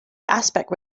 aspect